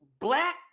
black